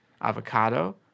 avocado